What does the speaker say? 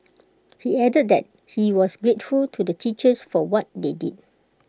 he added that he was grateful to the teachers for what they did